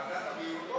ועדת הבריאות.